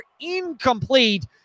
Incomplete